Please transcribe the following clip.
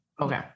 Okay